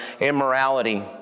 immorality